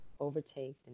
overtake